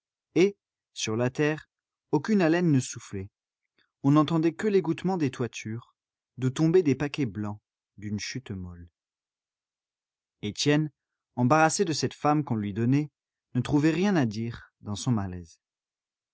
et sur la terre aucune haleine ne soufflait on n'entendait que l'égouttement des toitures d'où tombaient des paquets blancs d'une chute molle étienne embarrassé de cette femme qu'on lui donnait ne trouvait rien à dire dans son malaise